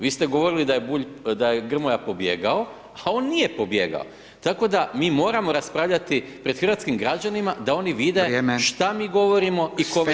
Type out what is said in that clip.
Vi ste govorili da je Grmoja pobjegao, a on nije pobjegao, tako da, mi moramo raspravljati pred hrvatskih građanima da oni vide [[Upadica: Vrijeme.]] što mi govorimo i kome će vjerovati.